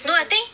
no I think